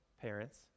parents